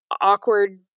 Awkward